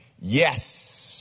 Yes